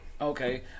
Okay